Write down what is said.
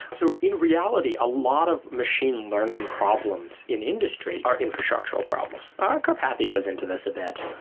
so in reality, a lot of machine learning problems in industry are infrastructural problems. our carpathia goes into this a bit,